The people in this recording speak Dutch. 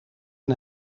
een